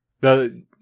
The-